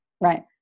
right